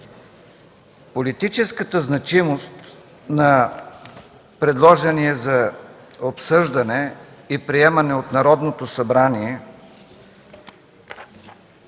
Политическата значимост на предложения за обсъждане и приемане от Народното събрание